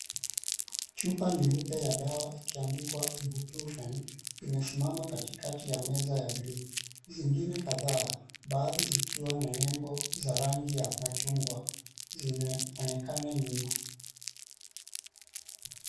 Chupa nyeupe ya dawa iliyoandikwa [cp]iboprufen[cp] imesimama katikati ya meza ya buluu. Zingine kadhaa baadhi zikiwa na nembo za rangi ya machungwa, zinaonekana nyuma.